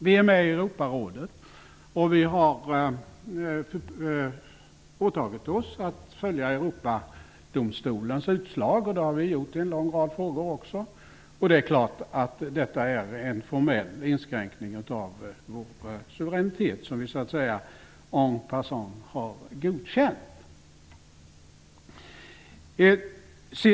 Vi är med i Europarådet, och vi har åtagit oss att följa Europadomstolens utslag, vilket vi också har gjort i en lång rad frågor. Det är klart att detta är en formell inskränkning av vår suveränitet som vi så att säga en passant har godkänt.